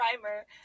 primer